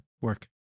work